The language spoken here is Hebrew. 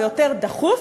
ויותר דחוף,